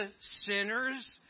sinners